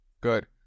good